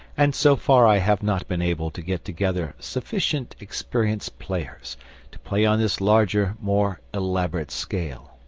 and so far i have not been able to get together sufficient experienced players to play on this larger, more elaborate scale.